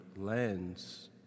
lens